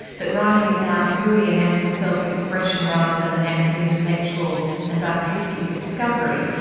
that writing is now purely an act of self-expression rather than an act of intellectual and artistic discovery.